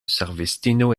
servistino